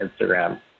Instagram